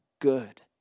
good